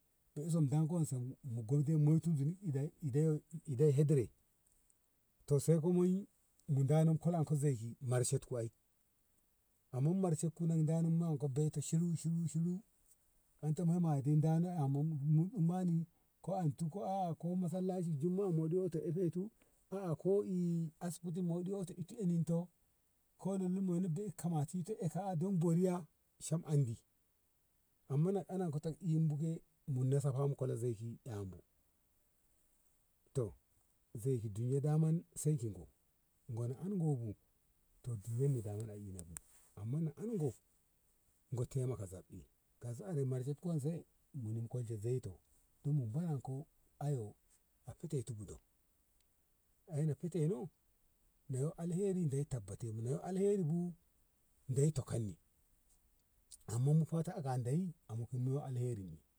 dei som deikom som mu gomtom moiti zuni ide- ide hedere sai ko mai mu dano kol zei mershen ku ai amma mershen kun dano mu nen ko bai te shiru shiru onto mate dane mu tsammani dutu aa ko masallaci jumma`a goto efe tu oh a`a ko asibiti moɗi goti onin enu onun to ko lu lullu etu enun to daka ko riya amma mana eyim bo ke mun no bu mu kola zei ki eh mu to zeiki duniya daman se ki go gona an go bu amma na an go mu temaki zah i are mershe ku kume zaito don mu feteti ayyo a futetu do aina kute no yo alheri Allah tabbate no yyo alheri dei takan ni amma mu fata a ka dei yo alheri.